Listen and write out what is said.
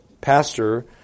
pastor